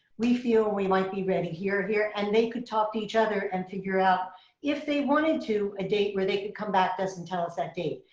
we feel we might be ready here here and they could talk to each other and figure out if they wanted to a date where they could come back to us and tell us that date,